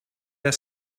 your